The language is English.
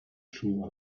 true